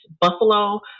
Buffalo